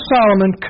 Solomon